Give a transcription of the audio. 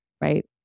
right